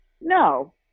No